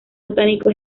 botánico